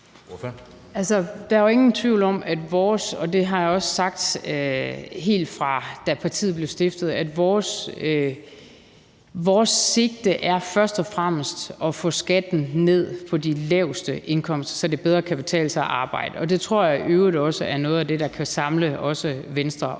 partiet blev stiftet, at vores sigte først og fremmest er at få skatten ned for dem med de laveste indkomster, så det bedre kan betale sig at arbejde, og det tror jeg i øvrigt også er noget af det, der kan samle Venstre og